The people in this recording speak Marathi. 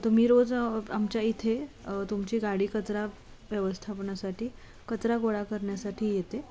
तुम्ही रोज आमच्या इथे तुमची गाडी कचरा व्यवस्थापनासाठी कचरा गोळा करण्यासाठी येते